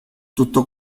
tutto